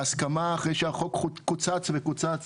להסכמה, אחרי שהחוק קוצץ וקוצץ.